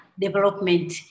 development